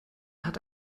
hat